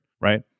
right